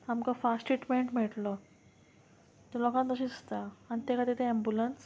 आमकां fast treatment मेयटलो ते लोकांक तशें दिसता आनी ते खाती तें एम्बुलंस